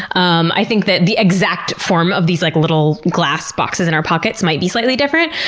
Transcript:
um i think that the exact form of these like little glass boxes in our pockets might be slightly different,